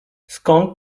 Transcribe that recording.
skąd